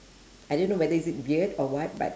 I don't know whether is it weird or what but